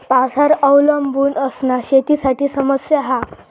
पावसावर अवलंबून असना शेतीसाठी समस्या हा